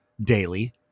daily